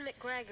McGregor